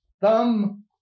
thumb